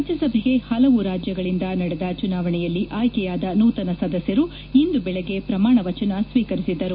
ರಾಜ್ಯಸಭೆಗೆ ಹಲವು ರಾಜ್ಯಗಳಿಂದ ನಡೆದ ಚುನಾವಣೆಯಲ್ಲಿ ಆಯ್ಕೆಯಾದ ನೂತನ ಸದಸ್ಯರು ಇಂದು ಬೆಳಗ್ಗೆ ಪ್ರಮಾಣ ವಚನ ಸ್ವೀಕರಿಸಿದರು